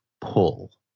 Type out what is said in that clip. pull